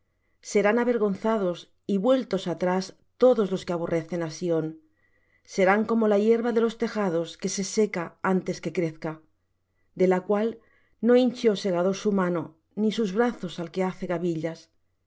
serán avergonzados y vueltos atrás todos los que aborrecen á sión serán como la hierba de los tejados que se seca antes que crezca de la cual no hinchió segador su mano ni sus brazos el que hace gavillas